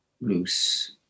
loose